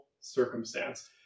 circumstance